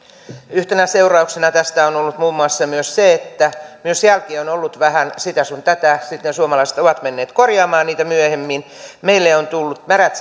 yhtenä seurauksena tästä on on ollut muun muassa myös se että myös jälki on ollut vähän sitä sun tätä sitten suomalaiset ovat menneet korjaamaan niitä myöhemmin meille ovat tulleet märät